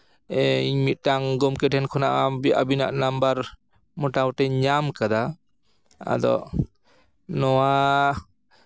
ᱤᱧ ᱢᱤᱫᱴᱟᱝ ᱜᱚᱢᱠᱮ ᱴᱷᱮᱱ ᱠᱷᱚᱱᱟᱜ ᱟᱵᱤᱱᱟᱜ ᱱᱟᱢᱵᱟᱨ ᱢᱳᱴᱟᱢᱩᱴᱤᱧ ᱧᱟᱢ ᱠᱟᱫᱟ ᱟᱫᱚ ᱱᱚᱣᱟ